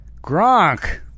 Gronk